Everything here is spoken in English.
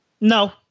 No